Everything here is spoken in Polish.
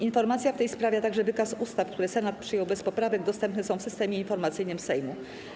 Informacja w tej sprawie, a także wykaz ustaw, które Senat przyjął bez poprawek, dostępne są w Systemie Informacyjnym Sejmu.